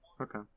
Okay